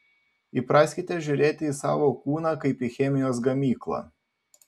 įpraskite žiūrėti į savo kūną kaip į chemijos gamyklą